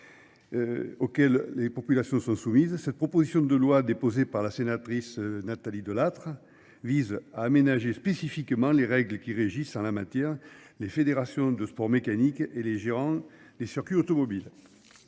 auxquelles les populations sont soumises. Cette proposition de loi déposée par la sénatrice Nathalie Delattre vise à aménager spécifiquement les règles qui régissent en la matière les fédérations de sports mécaniques et les gérants des circuits automobiles.